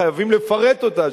חייבים לפרט אותה,